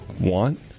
want